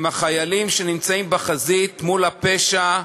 הם החיילים שנמצאים בחזית מול הפשע,